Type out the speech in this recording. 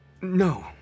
No